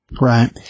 Right